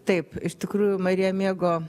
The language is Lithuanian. taip iš tikrųjų marija mėgo